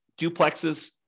duplexes